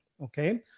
okay